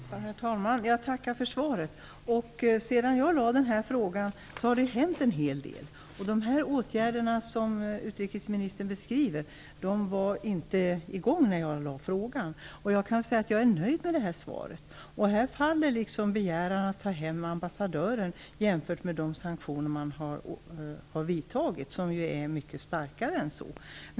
Herr talman! Jag tackar för svaret. Sedan jag ställde frågan har det hänt en hel del. De åtgärder som utrikesministern beskriver var inte aktuella när jag ställde frågan, och jag kan säga att jag är nöjd med svaret. Här faller begäran om att ta hem ambassadören. I jämförelse med de sanktioner som man har vidtagit är dessa mycket starkare än så.